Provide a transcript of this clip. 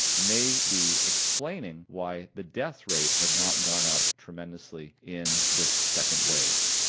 may be explaining why the death rate has not gone up tremendously in this second wave.